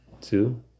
two